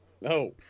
No